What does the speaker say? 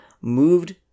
moved